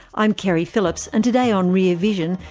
i'm keri phillips and today on rear vision,